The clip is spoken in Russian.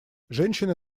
женщины